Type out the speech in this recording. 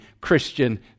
Christian